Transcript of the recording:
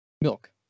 milk